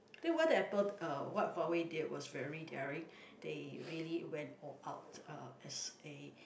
then what the Apple uh what Huawei did was very daring they really went all out uh as a